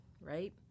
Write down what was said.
right